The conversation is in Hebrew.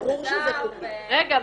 זה מוסדר ו- -- רגע,